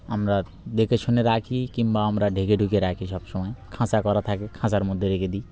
আমরা দেখে শুনে রাখি কিংবা আমরা ঢেকে ঢুকে রাখি সব সময় খাঁচা করা থাকে খাঁচার মধ্যে রেখে দিই